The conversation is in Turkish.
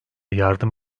yardım